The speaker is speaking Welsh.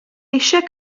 eisiau